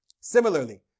Similarly